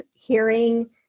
hearing